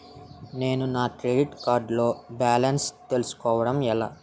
నేను నా credit card లో బాలన్స్ తెలుసుకోవడం ఎలా?